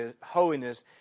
holiness